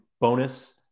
bonus